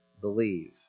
believe